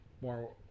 more